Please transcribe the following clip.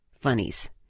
funnies